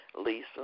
Lisa